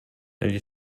negli